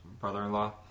brother-in-law